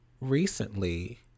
recently